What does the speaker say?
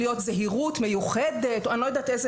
להיות זהירות מיוחדת - או אני לא יודעת איזה